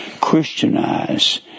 Christianize